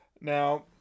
Now